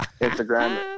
Instagram